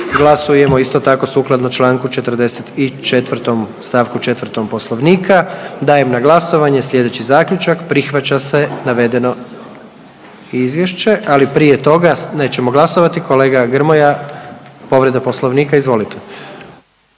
Glasujemo isto tako sukladno Članku 44. stavku 4. Poslovnika. Dajem na glasovanje slijedeći Zaključak prihvaća se navedeno izvješće, ali prije toga, nećemo glasovati, kolega Grmoja povreda Poslovnika. Izvolite.